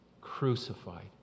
crucified